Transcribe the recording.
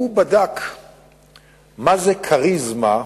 הוא בדק מה זו כריזמה,